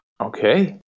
Okay